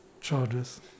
charges